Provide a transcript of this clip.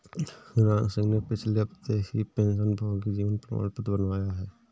रामसिंह ने पिछले हफ्ते ही पेंशनभोगी जीवन प्रमाण पत्र बनवाया है